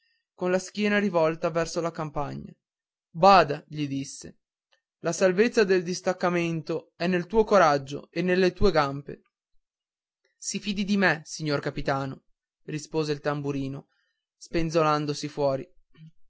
con la schiena rivolta verso la campagna bada gli disse la salvezza del distaccamento è nel tuo coraggio e nelle tue gambe si fidi di me signor capitano rispose il tamburino spenzolandosi fuori